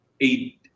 eight